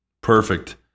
perfect